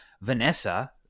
Vanessa